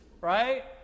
right